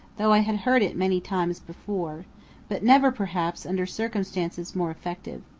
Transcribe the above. though i had heard it many times before but never, perhaps, under circumstances more effective.